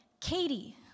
Katie